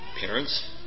parents